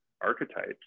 archetypes